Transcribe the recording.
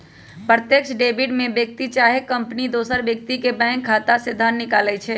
प्रत्यक्ष डेबिट में व्यक्ति चाहे कंपनी दोसर व्यक्ति के बैंक खता से धन निकालइ छै